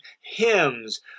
Hymns